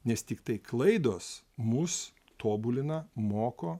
nes tiktai klaidos mus tobulina moko